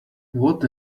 what